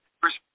First